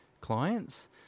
clients